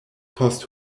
post